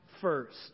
first